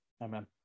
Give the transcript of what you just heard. Amen